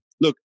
look